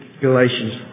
Galatians